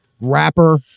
rapper